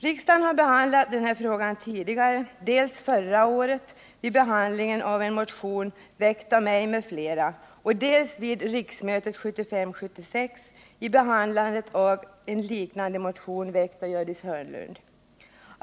Riksdagen har behandlat denna fråga tidigare, dels förra året vid behandlingen av en motion väckt av mig och andra socialdemokrater, de!s vid riksmötet 1975/76 vid behandlingen av en liknande motion väckt av Gördis Hörnlund.